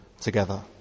together